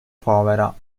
povera